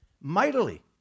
mightily